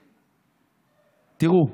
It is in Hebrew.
תראו,